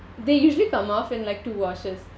they usually come off in like two washes